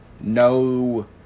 no